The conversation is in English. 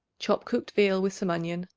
chop cooked veal with some onion,